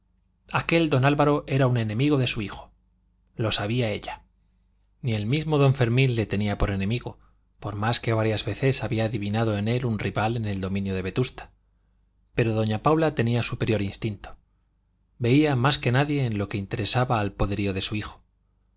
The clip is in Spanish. aquel don álvaro era un enemigo de su hijo lo sabía ella ni el mismo don fermín le tenía por enemigo por más que varias veces había adivinado en él un rival en el dominio de vetusta pero doña paula tenía superior instinto veía más que nadie en lo que interesaba al poderío de su hijo